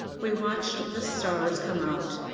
we watched the stars come out,